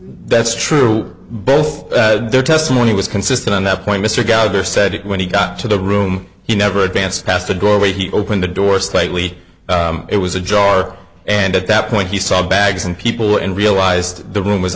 that's true both their testimony was consistent on that point mr geiger said when he got to the room he never advanced past the doorway he opened the door slightly it was ajar and at that point he saw bags and people and realized the room w